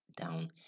down